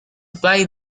apply